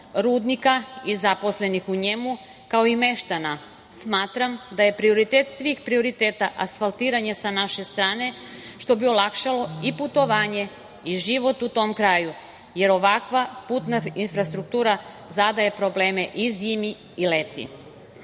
rudnika i zaposlenih u njemu, kao i meštana, smatram da je prioritet svih prioriteta asfaltiranje sa naše strane, što bi olakšalo i putovanje i život u tom kraju, jer ovakva putna infrastruktura zadaje probleme i zimi i leti.